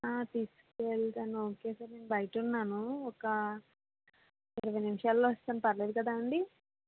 చూసుకోలేదు sir okay sir నేను బయట ఉన్నాను ఒక ఇరవై నిమిషాల్లో వస్తాను పర్లేదు కదా అండి